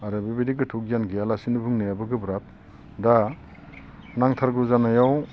आरो बिबादि गोथौ गियान गैयालासेनो बुंनायाबो गोब्राब दा नांथारगौ जानायाव